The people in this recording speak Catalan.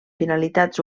finalitats